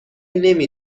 نمی